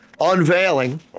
unveiling